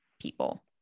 people